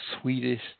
Swedish